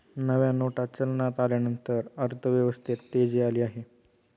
नव्या नोटा चलनात आल्यानंतर अर्थव्यवस्थेत तेजी आली आहे